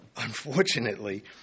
Unfortunately